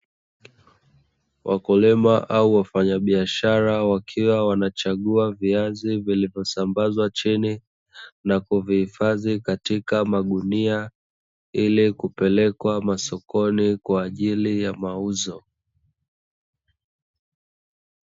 Wakulima au wafanyabiashara wakiwa wanachagua viazi vilivyosambazwa chini na kuvihifadhi katika magunia ili kupeleka masokoni kwa ajili ya mauzo.